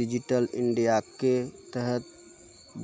digital इंडियाके तहत